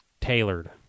tailored